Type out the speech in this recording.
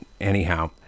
anyhow